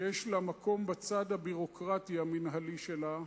שיש לה מקום בצד הביורוקרטי המינהלי שלה,